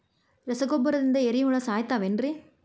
ರಸಗೊಬ್ಬರದಿಂದ ಏರಿಹುಳ ಸಾಯತಾವ್ ಏನ್ರಿ?